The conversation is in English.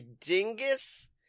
dingus